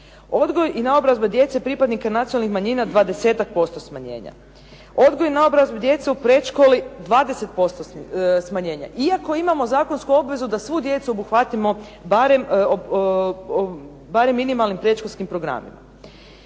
Odgoj i naobrazba djece pripadnika nacionalnih manjina dvadesetak posto smanjenje, odgoj i naobrazba djece u predškoli 20% smanjenje iako imamo zakonsku obvezu da svu djecu obuhvatimo barem minimalnim predškolskim programima.